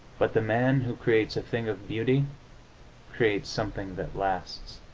but the man who creates a thing of beauty creates something that lasts.